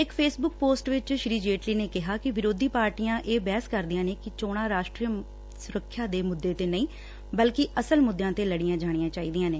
ਇਕ Facebook post ਵਿਚ ਸ੍ਰੀ ਜੇਟਲੀ ਨੇ ਕਿਹਾ ਕਿ ਵਿਰੋਧੀ ਪਾਰਟੀਆਂ ਇਹ ਬਹਿਸ ਕਰਦੀਆਂ ਨੇ ਕਿ ਚੋਣਾਂ ਰਾਸ਼ਟਰੀ ਸੁਰੱਖਿਆ ਦੇ ਮੁੱਦੇ ਤੇ ਨਹੀਂ ਬਲਕਿ ਅਸਲ ਮੁੱਦਿਆਂ ਤੇ ਲੜੀਆਂ ਜਾਣੀਆਂ ਚਾਹੀਦੀਆਂ ਨੇ